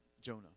Jonah